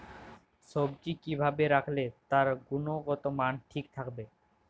সবজি কি ভাবে রাখলে তার গুনগতমান ঠিক থাকবে?